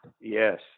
Yes